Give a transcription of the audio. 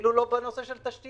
אפילו לא בנושא של תשתיות.